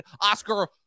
Oscar